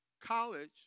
college